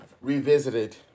revisited